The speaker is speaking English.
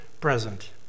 present